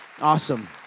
Awesome